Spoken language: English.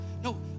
no